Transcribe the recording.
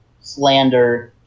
slander